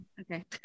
Okay